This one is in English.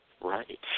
Right